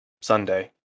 Sunday